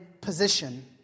position